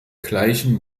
gleichen